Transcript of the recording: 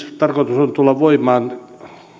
tarkoitus on on tulla voimaan